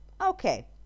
Okay